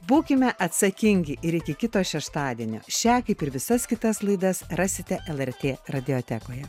būkime atsakingi ir iki kito šeštadienio šią kaip ir visas kitas laidas rasite lrt radiotekoje